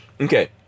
Okay